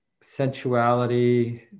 sensuality